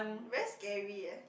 very scary eh